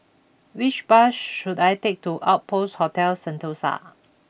which bus should I take to Outpost Hotel Sentosa